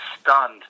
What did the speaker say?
stunned